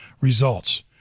Results